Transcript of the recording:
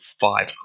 five